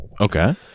Okay